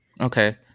Okay